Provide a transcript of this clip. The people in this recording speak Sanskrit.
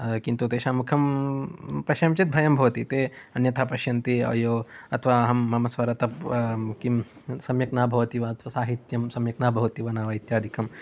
किन्तु तेषां मुखं पश्यामि चेत् भयं भवति ते अन्यथा पश्यन्ति अयो अथवा मम स्वरत किं सम्यक् न भवति वा साहित्यं सम्यक् न भवति वा न वा इत्यादिकम्